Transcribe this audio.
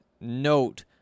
note